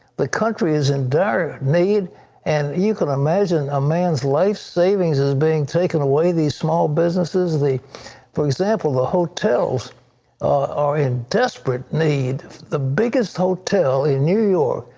the country is in dire need and you can imagine a man's life savings is being taken away. these small businesses, for example, the hotels are in desperate need. the biggest hotel in new york,